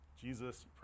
Jesus